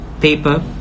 paper